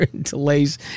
Delays